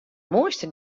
moaiste